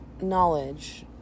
knowledge